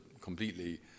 completely